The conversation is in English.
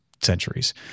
centuries